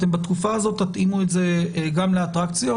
בתקופה הזאת תתאימו את זה גם לאטרקציות.